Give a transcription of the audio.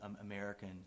American